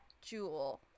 jewel